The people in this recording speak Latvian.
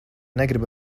negrib